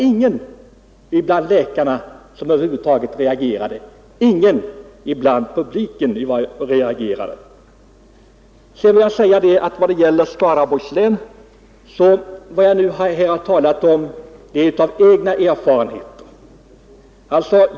Ingen av läkarna reagerade och ingen bland publiken gjorde det. Vad jag har talat om bygger på egna erfarenheter.